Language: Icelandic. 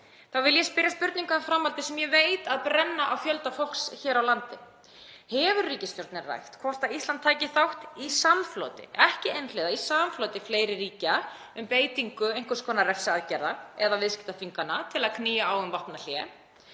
vil ég spyrja spurninga um framhaldið sem ég veit að brenna á fjölda fólks hér á landi: Hefur ríkisstjórnin rætt hvort Ísland tæki þátt í samfloti, ekki einhliða heldur í samfloti, fleiri ríkja um beitingu einhvers konar refsiaðgerða eða viðskiptaþvingana til að knýja á um vopnahlé?